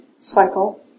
cycle